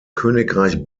königreich